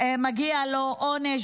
מגיע לו עונש,